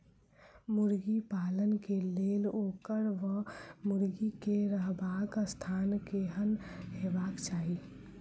मुर्गी पालन केँ लेल ओकर वा मुर्गी केँ रहबाक स्थान केहन हेबाक चाहि?